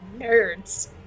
nerds